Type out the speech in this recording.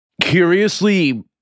Curiously